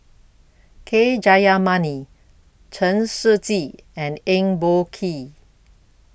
K Jayamani Chen Shiji and Eng Boh Kee